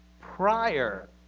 prior